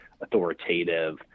authoritative